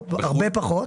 הרבה פחות.